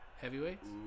Heavyweights